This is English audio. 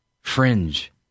Fringe